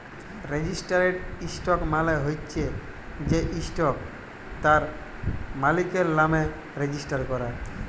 registered stock মালে হচ্যে যে ইসটকট তার মালিকের লামে রেজিস্টার ক্যরা